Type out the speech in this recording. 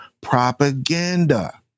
propaganda